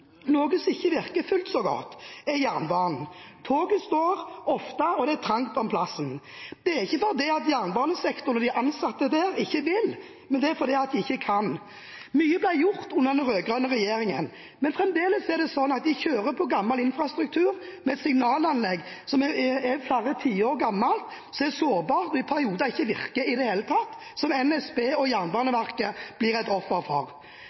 Noe som ikke virker fullt så godt, er jernbanen. Toget står ofte, og det er trangt om plassen. Det er ikke fordi jernbanesektoren og de ansatte der ikke vil, men fordi de ikke kan. Mye ble gjort under den rød-grønne regjeringen, men fremdeles er det sånn at de kjører på gammel infrastruktur med signalanlegg som er flere tiår gammelt, som er sårbart og i perioder ikke virker i det hel tatt, og som NSB og Jernbaneverket blir offer for.